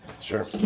Sure